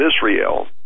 Israel